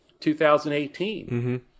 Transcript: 2018